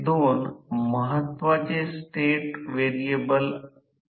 तर परंतु येथे हे सामान्य ट्रान्सफॉर्मर प्रमाणे स्थिर बदलणारे प्रवाह होते